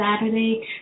Saturday